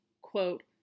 quote